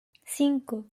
cinco